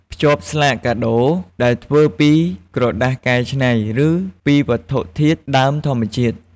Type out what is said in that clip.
ភ្ជាប់ ស្លាកកាដូរដែលធ្វើពីក្រដាសកែច្នៃ ឬពីវត្ថុធាតុដើមធម្មជាតិ។